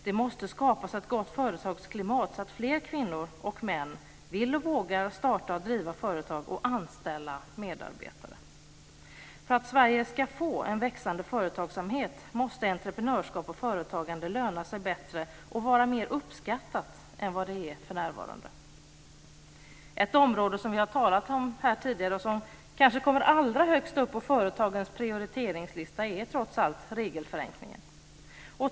Det måste skapas ett gott företagsklimat så att fler kvinnor och män vill och vågar starta och driva företag och anställa medarbetare. För att Sverige ska få en växande företagsamhet måste entreprenörskap och företagande löna sig bättre och vara mer uppskattat än vad det är för närvarande. Ett område som vi har talat om här tidigare, och som kanske kommer allra högst upp på företagarnas prioriteringslista, är trots allt regelförenklingen.